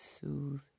soothe